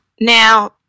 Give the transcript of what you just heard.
Now